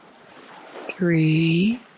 Three